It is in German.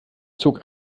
zog